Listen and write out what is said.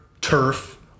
turf